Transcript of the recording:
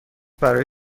برای